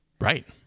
Right